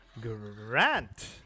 Grant